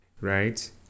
Right